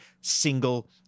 single